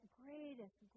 greatest